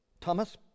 Thomas